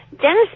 Dennis